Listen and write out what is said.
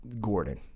Gordon